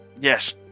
Yes